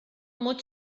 mot